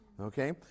okay